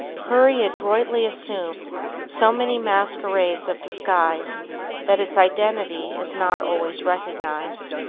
hurry adroitly assumes so many masquerades of disguise that its identity is not always recognized.